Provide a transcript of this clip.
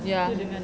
ya